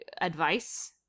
advice